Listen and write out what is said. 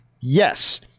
yes